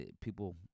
People